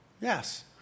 Yes